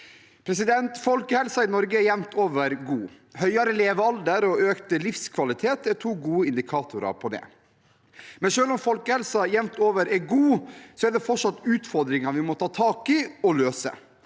debatten. Folkehelsen i Norge er jevnt over god. Høyere levealder og økt livskvalitet er to gode indikatorer på det. Selv om folkehelsen jevnt over er god, er det fortsatt utfordringer vi må ta tak i og løse.